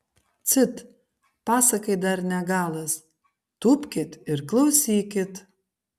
cit pasakai dar ne galas tūpkit ir klausykit